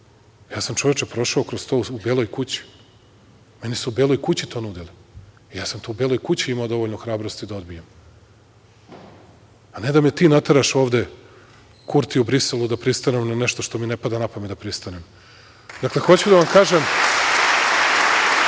ja sam, čoveče, prošao kroz to u Beloj kući. Meni su u beloj kući to nudili. Ja sam u Beloj kući imao dovoljno hrabrosti da to odbijem, a ne da mi ti nateraš ovde, Kurti u Briselu, da pristanem na nešto što mi ne pada na pamet da pristanem. Želim da ponovim